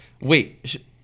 Wait